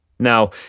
Now